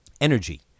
energy